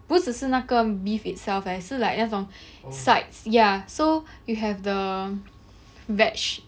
不只是那个 beef itself eh 是 like 那种 sides ya so you have the veg~